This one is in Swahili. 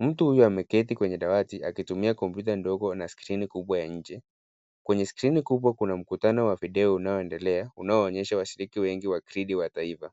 Mtu huyu ameketi kwenye dawati akitumia komputa dogo na skrini kubwa ya nje. Kwenye skrini kubwa kuna mkutano wa video unaoendelea unaonyesha washiriki wengi wakili wa taifa